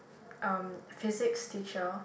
um physics teacher